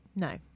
No